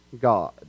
God